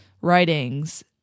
writings